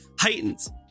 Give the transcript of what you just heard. heightens